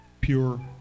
pure